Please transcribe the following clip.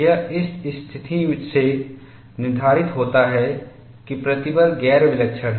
यह इस स्थिति से निर्धारित होता है कि प्रतिबल गैर विलक्षण है